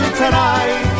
tonight